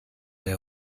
der